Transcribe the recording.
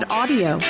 audio